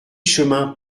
chemin